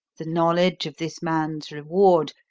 the knowledge of this man's reward,